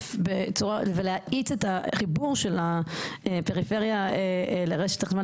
לתעדף ולהאיץ את החיבור של הפריפריה לרשת החשמל,